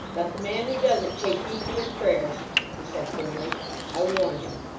let the man who does it, take heed to his prayers he said firmly i warn him